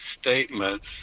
statements